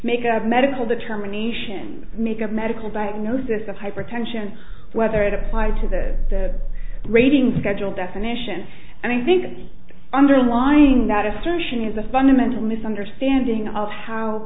make a medical determination make a medical diagnosis of hypertension whether it applied to that grading schedule definition and i think underlying that assertion is a fundamental misunderstanding of how